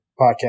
podcast